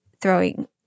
throwing